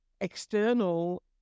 external